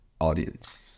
audience